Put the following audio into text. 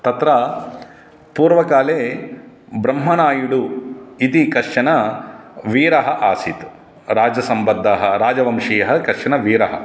तत्र पूर्वकाले ब्रह्मणायुडु इति कश्चन वीरः आसीत् राजसम्बद्धः राजवंशीयः कश्चनवीरः